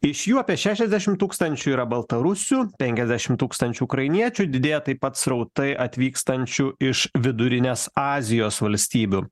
iš jų apie šešiasdešimt tūkstančių yra baltarusių penkiasdešimt tūkstančių ukrainiečių didėja taip pat srautai atvykstančių iš vidurinės azijos valstybių